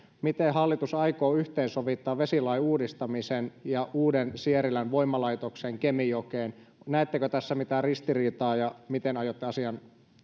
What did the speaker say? miten hallitus aikoo yhteensovittaa vesilain uudistamisen ja uuden sierilän voimalaitoksen kemijokeen näettekö tässä mitään ristiriitaa ja miten aiotte asian